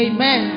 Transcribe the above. Amen